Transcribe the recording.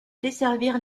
desservir